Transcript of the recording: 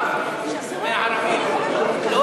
95% מהערבים, 95%